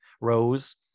Rose